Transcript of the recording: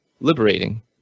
liberating